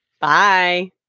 Bye